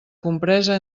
compresa